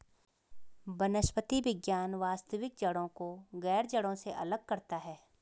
वनस्पति विज्ञान वास्तविक जड़ों को गैर जड़ों से अलग करता है